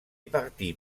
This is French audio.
parti